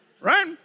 right